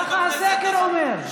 ככה הסקר אומר.